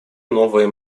новые